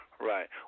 Right